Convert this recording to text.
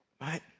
right